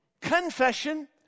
confession